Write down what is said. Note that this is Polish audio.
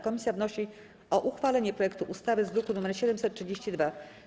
Komisja wnosi o uchwalenie projektu ustawy z druku nr 732.